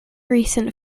recent